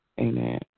amen